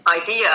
idea